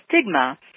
stigma